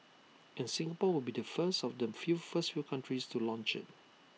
and Singapore will be first of the first few countries to launch IT